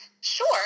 Sure